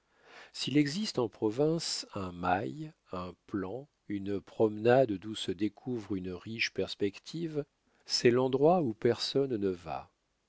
s'il existe en province un mail un plan une promenade d'où se découvre une riche perspective c'est l'endroit où personne ne va